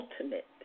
ultimate